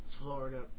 Florida